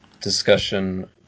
discussion